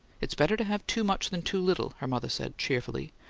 it's better to have too much than too little, her mother said, cheerfully.